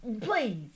Please